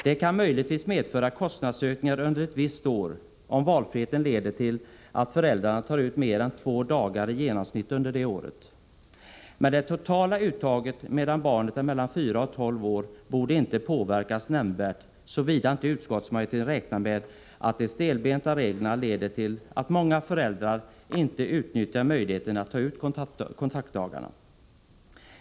Detta kan möjligtvis medföra kostnadsökningar ett visst år, om valfriheten leder till att föräldrarna tar ut mer än två dagar i genomsnitt under det året. Men det totala uttaget medan barnet är mellan fyra och tolv år borde inte påverkas nämnvärt, såvida inte utskottsmajoriteten räknar med att de stelbenta reglerna leder till att många föräldrar inte utnyttjar möjligheten att ta ut kontaktdagarna.